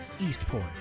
Eastport